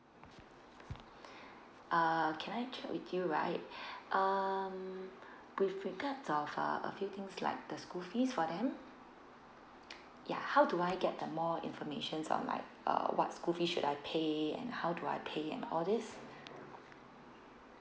uh can I check with you right um with regards of uh a few things like the school fees for them yeah how do I get the more information on like uh what school fee should I pay and how do I pay and all these